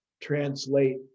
translate